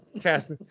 Cast